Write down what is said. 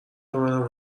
منم